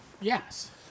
Yes